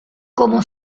como